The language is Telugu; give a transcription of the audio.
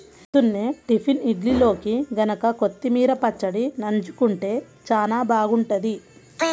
పొద్దున్నే టిఫిన్ ఇడ్లీల్లోకి గనక కొత్తిమీర పచ్చడి నన్జుకుంటే చానా బాగుంటది